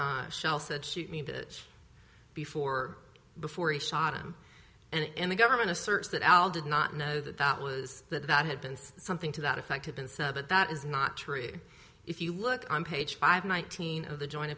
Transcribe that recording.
that shell said shoot me that before before he shot him and the government asserts that al did not know that that was that that had been something to that effect have been said but that is not true if you look on page five nineteen of the join